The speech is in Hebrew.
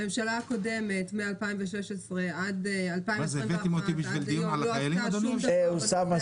הממשלה הקודמת מ-2016 עד 2021 עד היום לא עשתה שום דבר בנושא הזה.